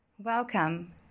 Welcome